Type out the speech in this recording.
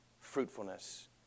fruitfulness